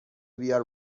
بیار